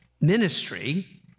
Ministry